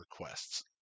requests